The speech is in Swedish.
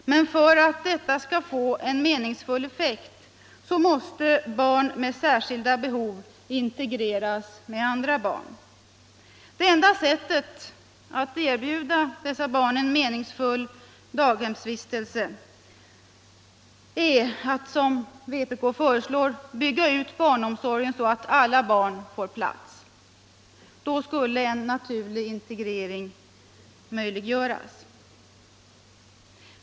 Men för att detta skall få en meningsfull effekt måste barn med särskilda behov intcgreras med andra barn. Enda sättet att erbjuda dessa barn en meningsfull daghemsvistelse är att, som vpk föreslår, bygga ut barnomsorgen så att alla barn får plats. Då skulle en naturlig integrering möjliggöras.